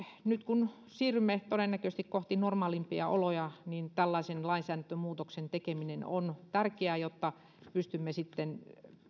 nyt kun siirrymme todennäköisesti kohti normaalimpia oloja niin tällaisen lainsäädäntömuutoksen tekeminen on tärkeää jotta pystymme sitten